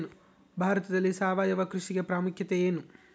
ಭಾರತದಲ್ಲಿ ಸಾವಯವ ಕೃಷಿಯ ಪ್ರಾಮುಖ್ಯತೆ ಎನು?